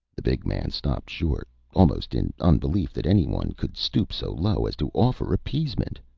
the big man stopped short, almost in unbelief that anyone could stoop so low as to offer appeasement.